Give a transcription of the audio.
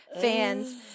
fans